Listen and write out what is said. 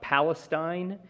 Palestine